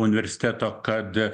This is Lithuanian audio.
universiteto kad